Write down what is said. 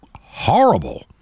horrible